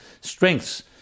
strengths